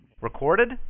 Recorded